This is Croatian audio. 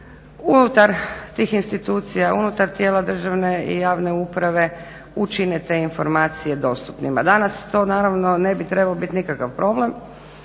unutar tih institucija, unutar tijela državne i javne uprave učine te informacije dostupnima. Danas to naravno ne bi trebao biti nikakav problem